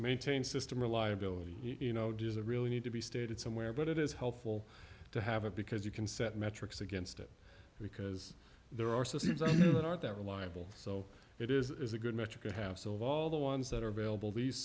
maintain system reliability you know does a really need to be stated somewhere but it is helpful to have it because you can set metrics against it because there are some that aren't that reliable so it is a good metric to have so all the ones that are available these